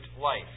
life